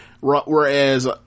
whereas